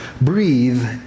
breathe